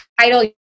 title